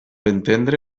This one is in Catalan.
entendre